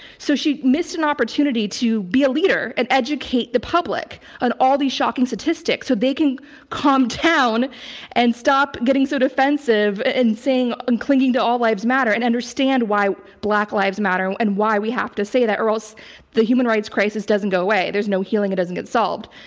so, she missed an opportunity to be a leader and educate the public on all these shocking statistics, so they can calm down and stop getting so defensive and saying and clinging to all lives matter, and understand why black lives matter and and why we have to say that or else the human rights crisis doesn't go away. there's no healing, it doesn't get solved.